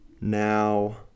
Now